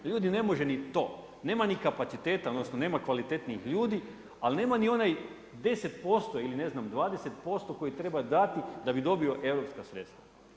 Ljudi ne može ni to, nema ni kapaciteta odnosno nema kvalitetnih ljudi, ali nema ni onaj 10% ili ne znam 20% koji treba dati da bi dobio europska sredstva.